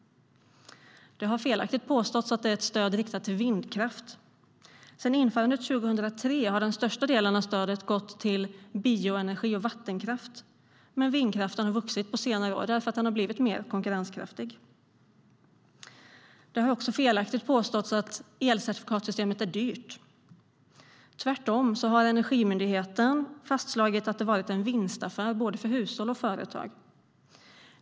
Det har felaktigt påståtts att det är ett stöd riktat till vindkraft. Sedan införandet 2003 har den största delen av stödet gått till bioenergi och vattenkraft. Men vindkraften har vuxit på senare år därför att den har blivit mer konkurrenskraftig. Det har också felaktigt påståtts att elcertifikatssystemet är dyrt. Tvärtom har Energimyndigheten fastslagit att det har varit en vinstaffär för både hushåll och företag.